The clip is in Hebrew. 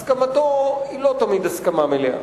הסכמתו היא לא תמיד הסכמה מלאה